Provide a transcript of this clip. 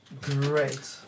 Great